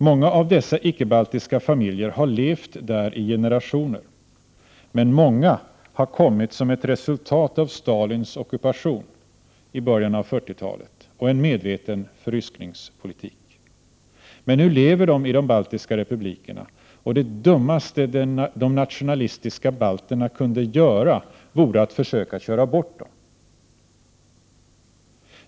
Många av dessa icke-baltiska familjer har levt där i generationer, men många har kommit som ett resultat av Stalins ockupation i början av 40-talet och en medveten förryskningspolitik. Men nu lever de i de baltiska republikerna, och det dummaste de nationalistiska balterna kunde göra vore att försöka köra bort dem.